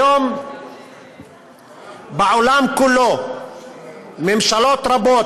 היום בעולם כולו ממשלות רבות,